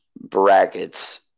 brackets